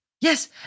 yes